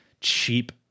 cheap